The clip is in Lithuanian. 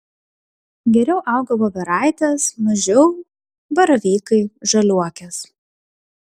geriau auga voveraitės mažiau baravykai žaliuokės